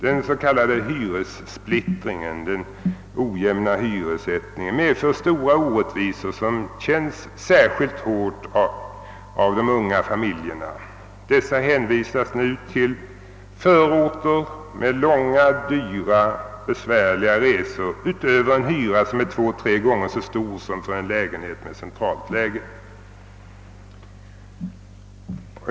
Den s.k. hyressplittringen medför stora orättvisor, vilka känns särskilt hårt för de unga familjerna. Dessa hänvisas nu till förorter med långa, dyra och besvärliga resor utöver en hyra som är två—tre gånger så stor som för en lägenhet med centralt läge.